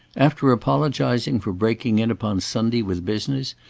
after apologising for breaking in upon sunday with business,